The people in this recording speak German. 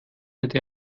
hätte